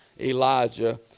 Elijah